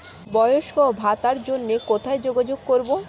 বয়স্ক ভাতার জন্য কোথায় যোগাযোগ করব?